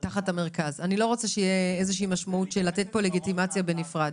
תנו לי לענות על זה בבקשה.